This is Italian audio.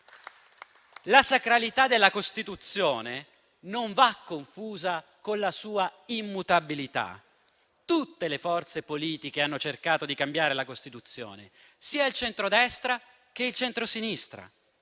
La sacralità della Costituzione non va confusa con la sua immutabilità. Tutte le forze politiche hanno cercato di cambiare la Costituzione, sia il centrodestra che il centrosinistra;